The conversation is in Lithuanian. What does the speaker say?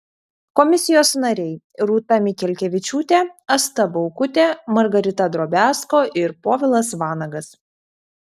komisijos nariai rūta mikelkevičiūtė asta baukutė margarita drobiazko ir povilas vanagas